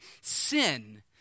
sin